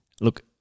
Look